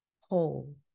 whole